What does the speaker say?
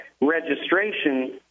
registration